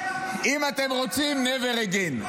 אם אתם רוצים never again.